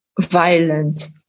violent